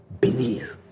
believe